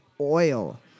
oil